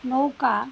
নৌকা